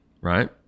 right